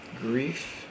Grief